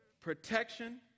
protection